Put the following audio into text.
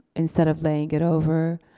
instead of laying it over.